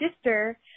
sister